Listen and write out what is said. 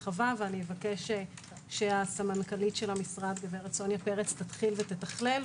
ואבקש שהסמנכ"לית של המשרד הגב' סוניה פרץ תתחיל ותתכלל,